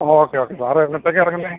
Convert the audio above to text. okay okay sir എന്നത്തേക്കാ ഇറങ്ങുന്നത്